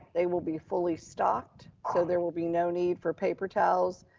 they will be fully stocked. so there will be no need for paper towels,